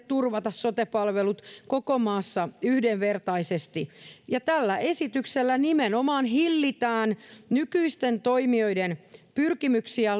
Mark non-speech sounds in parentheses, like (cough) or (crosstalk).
(unintelligible) turvata sote palvelut koko maassa yhdenvertaisesti ja tällä esityksellä nimenomaan hillitään nykyisten toimijoiden pyrkimyksiä (unintelligible)